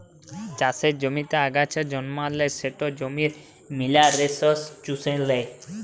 চাষের জমিতে আগাছা জল্মালে সেট জমির মিলারেলস চুষে লেই